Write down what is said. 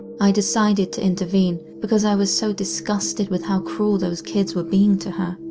i decided to intervene because i was so disgusted with how cruel those kids were being to her.